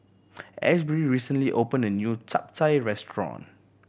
Asbury recently opened a new Chap Chai restaurant